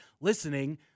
listening